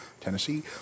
Tennessee